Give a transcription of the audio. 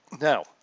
Now